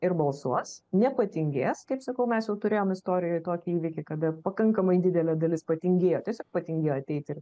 ir balsuos nepatingės kaip sakau mes jau turėjom istorijoj tokį įvykį kada pakankamai didelė dalis patingėjo tiesiog patingėjo ateiti ir